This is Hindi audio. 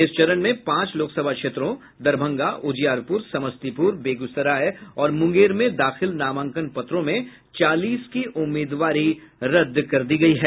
इस चरण में पांच लोकसभा क्षेत्रों दरभंगा उजियारपुर समस्तीपुर बेगूसराय और मुंगेर में दाखिल नामांकन पत्रों में चालीस की उम्मीदवारी रद्द कर दी गयी है